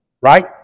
right